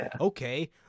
Okay